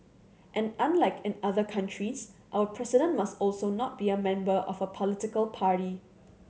and unlike in other countries our president must also not be a member of a political party